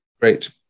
Great